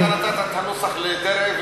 נתת את הנוסח לדרעי,